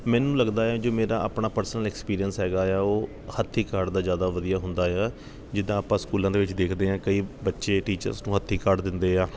ਮੈਨੂੰ ਲੱਗਦਾ ਹੈ ਜਿਵੇਂ ਮੇਰਾ ਆਪਣਾ ਪਰਸਨਲ ਐਕਸਪੀਰੀਐਂਸ ਹੈਗਾ ਆ ਉਹ ਹੱਥੀਂ ਕਾਰਡ ਦਾ ਜ਼ਿਆਦਾ ਵਧੀਆ ਹੁੰਦਾ ਆ ਜਿੱਦਾਂ ਆਪਾਂ ਸਕੂਲਾਂ ਦੇ ਵਿੱਚ ਦੇਖਦੇ ਹਾਂ ਕਈ ਬੱਚੇ ਟੀਚਰਸ ਨੂੰ ਹੱਥੀਂ ਕਾਰਡ ਦਿੰਦੇ ਆ